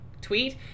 tweet